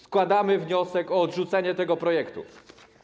Składamy wniosek o odrzucenie tego projektu.